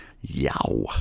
Yow